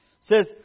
says